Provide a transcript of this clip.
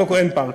צריך פארק,